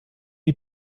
die